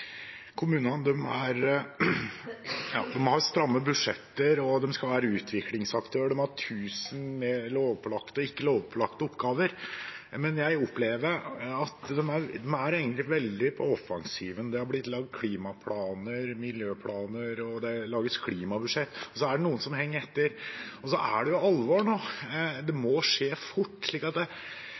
Kommunene har stramme budsjetter og skal være utviklingsaktør. De har tusen lovpålagte og ikke-lovpålagte oppgaver. Men jeg opplever at de er veldig på offensiven. Det har blitt lagd klimaplaner, miljøplaner og klimabudsjett, men det er noen som henger etter. Nå er det alvor, det må skje fort. Hvordan skal man stimulere resten av kommunene, de som ikke har slike klimaplaner og klimabudsjett, til å få gjort det?